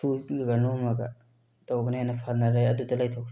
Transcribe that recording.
ꯁꯨ ꯆꯠꯂꯨꯔ ꯅꯣꯝꯃꯒ ꯇꯧꯕꯅ ꯍꯦꯟꯅ ꯐꯅꯔꯦ ꯑꯗꯨꯗ ꯂꯩꯊꯣꯛꯈꯔꯦ